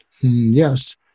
yes